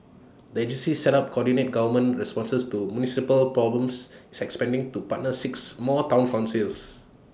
the agency set up coordinate government responses to municipal problems is expanding to partner six more Town councils